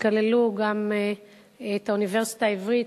שכלל גם את האוניברסיטה העברית,